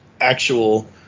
actual